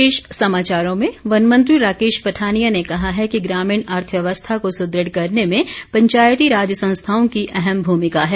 one मंत्री वन मंत्री राकेश पठानिया ने कहा है कि ग्रामीण अर्थव्यवस्था को सुदृढ़ करने में पंचायती राज संस्थाओं की अहम भूमिका है